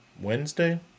Wednesday